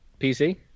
pc